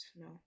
no